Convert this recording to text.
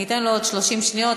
אתן לו עוד 30 שניות,